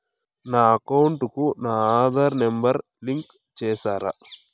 నా అకౌంట్ కు నా ఆధార్ నెంబర్ లింకు చేసారా